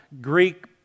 Greek